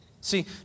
See